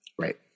right